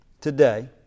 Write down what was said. today